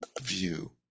view